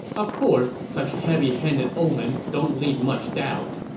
of course, such heavy-handed omens don't leave much doubt.